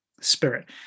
spirit